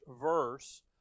verse